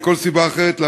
או מכל סיבה אחרת.